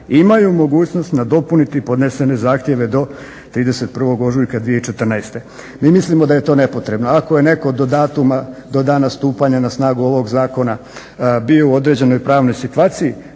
imaju mogućnost nadopuniti podnesene zahtjeve do 31. ožujka 2014. Mi mislimo da je to nepotrebno. Ako je netko do dana stupanja na snagu ovog zakona bio u određenoj pravnoj situaciji